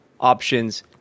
options